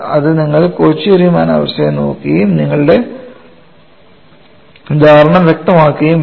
ഇത് നിങ്ങൾ കോച്ചി റിമാൻ അവസ്ഥ നോക്കുകയും നിങ്ങളുടെ ധാരണ വ്യക്തമാക്കുകയും വേണം